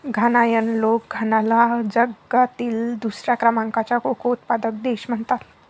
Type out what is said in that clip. घानायन लोक घानाला जगातील दुसऱ्या क्रमांकाचा कोको उत्पादक देश म्हणतात